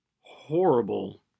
horrible